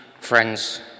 friends